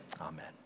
amen